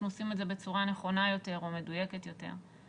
עושים את זה בצורה נכונה יותר או מדויקת יותר.